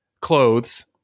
clothes